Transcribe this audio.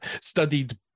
studied